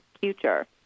future